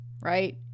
right